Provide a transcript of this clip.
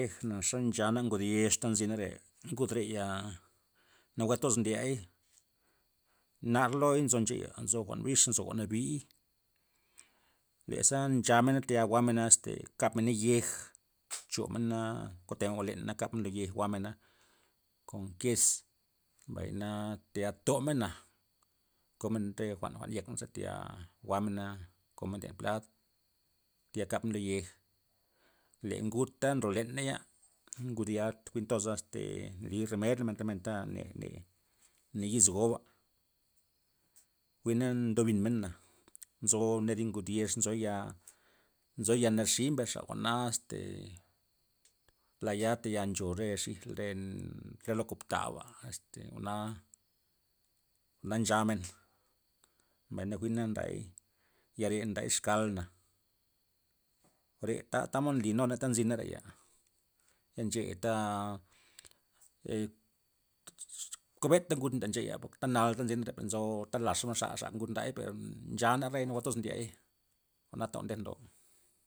Tejna xe nchana ngud yex ta nzina re', ngud reya nawue toz ndiay, nar loy nzo ncheya' nzo jwa'n bix nzo jwa'n nabi', le za nchamena tayal jwa'mena este kab mena yej, chomena kometen jwa'n jwa'n leyen na kabmena lo yej jwa'mena, kon kes mbay na tayal tomena, komen re jwa'n jwa'n yekney za tayal jwa'mena komena len plad tayal kabmena lo yej le ngud ta nzo len nei'ya ngudya jwi'n toz este nliy romed re men re men ta le- le nayiz goba, jwi'na tobinmena'na nzo tibned ngus yex nzoy'ya, nzoy ya' naxi' mbesxa jwa'na este la'ya tayal nchoy re xij re re lo kobta'ba este jwa'na, jwa'na nchamen mbay na jwi'na nday ya re nday xkalna, jwa're ta- tamod nlinunay ta nzina reya ncheya ta kubeta ngud nda ncheya ta nal ta nzina le pan nzo talaxa xa'xa ngud ndar per nchana rei nawue toz ndiey, jwa'na jwa'n dejna lo'o.